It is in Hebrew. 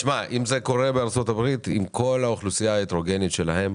אם זה קורה בארצות הברית עם כל האוכלוסייה ההטרוגנית שלהם,